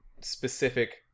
specific